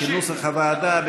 כנוסח הוועדה,